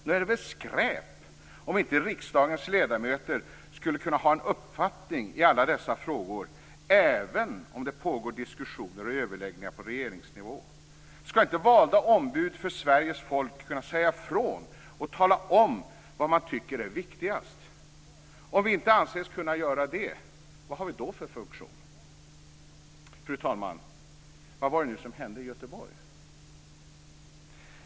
Nog är det väl skräp om inte riksdagens ledamöter skulle kunna ha en uppfattning i alla dessa frågor, även om det pågår diskussioner och överläggningar på regeringsnivå? Skall inte vi som är valda ombud för Sveriges folk kunna säga ifrån och tala om vad vi tycker är viktigast? Om vi inte anses kunna göra det, vad har vi då för funktion? Fru talman! Vad var det nu som hände i Göteborg?